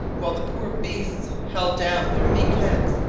while the poor beasts held down their meek heads,